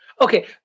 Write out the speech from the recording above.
Okay